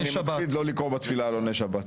אני מקפיד לא לקרוא בתפילה עלוני שבת,